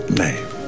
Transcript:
name